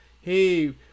hey